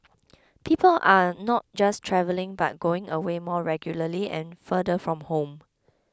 people are not just travelling but going away more regularly and farther from home